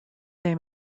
they